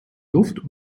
luft